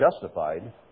justified